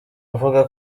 avuga